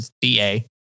DA